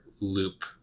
loop